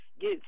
get